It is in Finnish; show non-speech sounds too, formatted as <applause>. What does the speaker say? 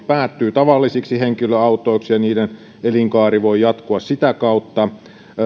<unintelligible> päättyy tavallisiksi henkilöautoiksi ja niiden elinkaari voi jatkua sitä kautta